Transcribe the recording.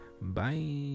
bye